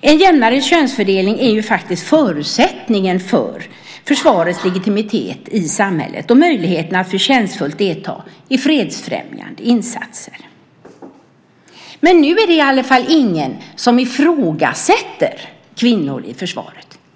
En jämnare könsfördelning är faktiskt förutsättningen för försvarets legitimitet i samhället och möjligheten att förtjänstfullt delta i fredsfrämjande insatser. Men nu är det i alla fall ingen som ifrågasätter kvinnor i försvaret.